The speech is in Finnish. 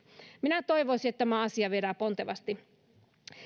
minä toivoisin että tämä asia viedään pontevasti